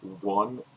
one